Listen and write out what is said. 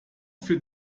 für